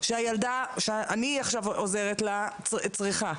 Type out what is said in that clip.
שהילדה שאני עכשיו עוזרת לה צריכה,